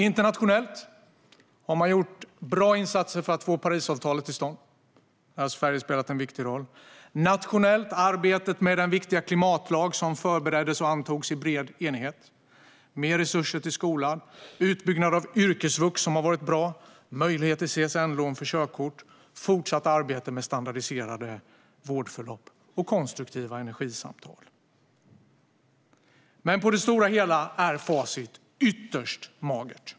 Internationellt har man gjort bra insatser för att få till stånd Parisavtalet - där har Sverige spelat en viktig roll -, nationellt har man arbetat med den viktiga klimatlag som förbereddes och antogs i bred enighet. Mer resurser har lagts på skolan. Yrkesvux har byggts ut, som har varit bra. Det införs möjlighet till CSN-lån för körkort. Det har varit fortsatt arbete med standardiserade vårdförlopp och konstruktiva energisamtal. Men på det stora hela är facit ytterst magert.